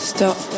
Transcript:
Stop